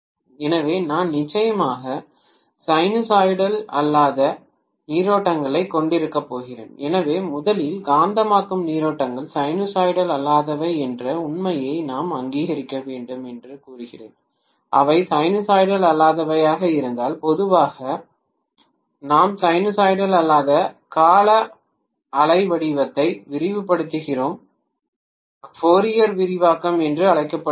எனவே நான் நிச்சயமாக சைனூசாய்டல் அல்லாத நீரோட்டங்களைக் கொண்டிருக்கப் போகிறேன் எனவே முதலில் காந்தமாக்கும் நீரோட்டங்கள் சைனூசாய்டல் அல்லாதவை என்ற உண்மையை நாம் அங்கீகரிக்க வேண்டும் என்று கூறுகிறேன் அவை சைனூசாய்டல் அல்லாதவையாக இருந்தால் பொதுவாக நாம் சைனூசாய்டல் அல்லாத கால அலைவடிவத்தை விரிவுபடுத்துகிறோம் ஃபோரியர் விரிவாக்கம் என்று அழைக்கப்படுகிறது